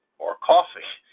or coffee,